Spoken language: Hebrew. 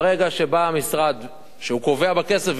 ברגע שבא משרד שהוא קובע בכסף,